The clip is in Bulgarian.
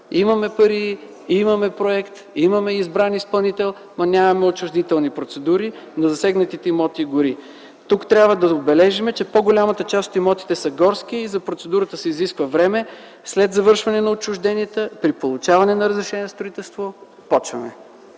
имаме пари, имаме проект, имаме избран изпълнител, но нямаме отчуждителни процедури на засегнатите имоти и гори. Тук трябва да отбележим, че по-голямата част от имотите са горски и за процедурата се изисква време. След завършване на отчужденията при получаване на разрешение за строителство започваме.